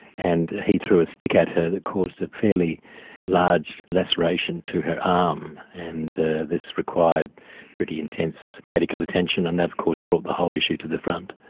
and he threw a stick at her that caused a fairly large laceration to her um and this required pretty intense medical attention, and that of course brought the whole issue to the front.